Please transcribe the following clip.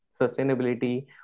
Sustainability